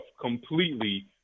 completely